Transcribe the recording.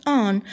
on